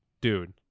dude